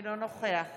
אינו נוכח